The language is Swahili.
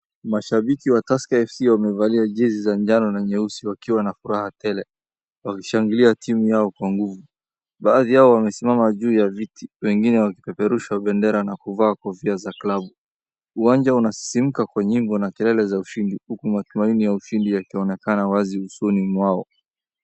Mashabiki wa Tusker FC wamevalia jezi za njano na nyeusi wakiwa na furaha tele, wakishangilia timu yao kwa nguvu. Baadhi yao wamesimama juu ya viti, wengine wakipeperusha bendera na kuvaa kofia za klabu. Uwanja unasisimuka kwa nyimbo na kelele za ushindi huku matumaini ya ushindi yakionekana wazi usoni mwao.